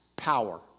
power